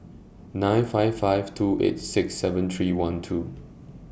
nine five five two eight six seven three one two